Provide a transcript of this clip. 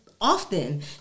often